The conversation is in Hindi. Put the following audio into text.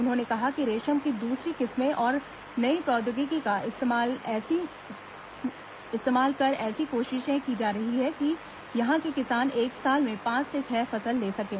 उन्होंने कहा कि रेशम की दूसरी किस्में और नई प्रौद्योगिकी का इस्तेमाल कर ऐसी कोशिशें की जा रही हैं कि यहां के किसान एक साल में पांच से छह फसल ले सकें